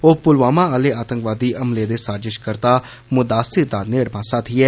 ओ पुलवामा आले आतंकवादी हमले दे साजिषकर्ता मुद्दासिर दा नेड़मा साथी ऐ